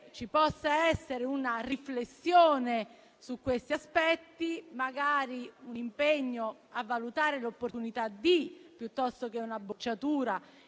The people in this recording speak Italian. ci possa essere una riflessione su questi aspetti e magari un impegno a "valutare l'opportunità di" invece che una bocciatura